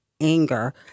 anger